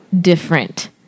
different